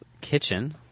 Kitchen